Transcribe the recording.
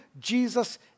Jesus